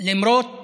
למרות